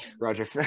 Roger